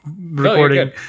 recording